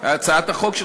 הצעת חוק, אדוני.